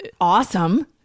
awesome